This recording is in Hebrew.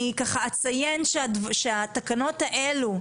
אני ככה אציין שהתקנות האלו,